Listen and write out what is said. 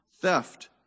theft